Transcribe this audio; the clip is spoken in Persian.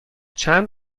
چند